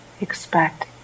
expect